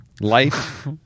life